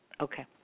Okay